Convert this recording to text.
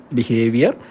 behavior